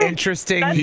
Interesting